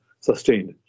sustained